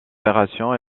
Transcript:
opération